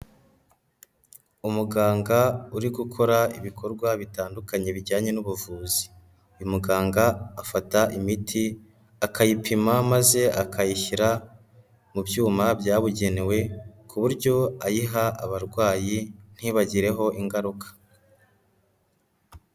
Umuganga uri gukora ibikorwa bitandukanye bijyanye n'ubuvuzi, uyu muganga afata imiti akayipima maze akayishyira mu byuma byabugenewe ku buryo ayiha abarwayi ntibagireho ingaruka.